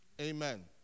Amen